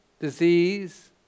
disease